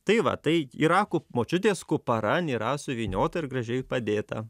tai va tai yra kup močiutės kuparan yra suvyniota ir gražiai padėta